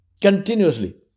Continuously